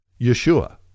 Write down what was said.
Yeshua